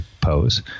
pose